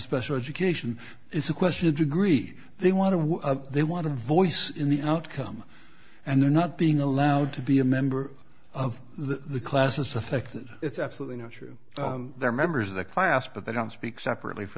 special education it's a question of degree they want to they want a voice in the outcome and they're not being allowed to be a member of the class is affected it's absolutely not true they're members of the class but they don't speak separately f